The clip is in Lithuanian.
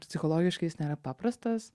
psichologiškai jis nėra paprastas